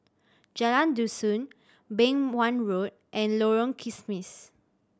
Jalan Dusun Beng Wan Road and Lorong Kismis